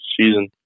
season